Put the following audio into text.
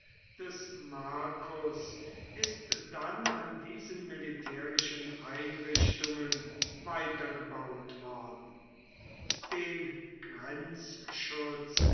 des marcus ist dann an diesen militärischen einrichtungen weitergebaut worden den grenzschutz